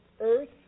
earth